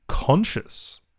conscious